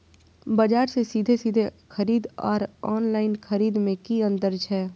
बजार से सीधे सीधे खरीद आर ऑनलाइन खरीद में की अंतर छै?